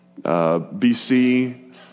BC